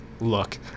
look